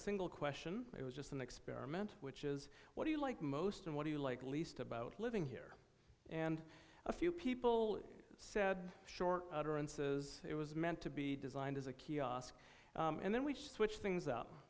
single question it was just an experiment which is what do you like most and what do you like least about living here and a few people said short utterances it was meant to be designed as a kiosk and then we switch things